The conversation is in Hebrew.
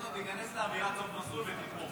ביטון, תיכנס לאווירת סוף מסלול ותתמוך.